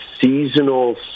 seasonal